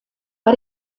bei